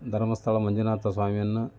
ಧರ್ಮಸ್ಥಳ ಮಂಜುನಾಥ ಸ್ವಾಮಿಯನ್ನು